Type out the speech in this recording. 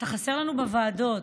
אתה חסר לנו בוועדות.